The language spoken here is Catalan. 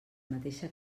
mateixa